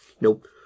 Nope